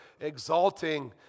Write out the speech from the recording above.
exalting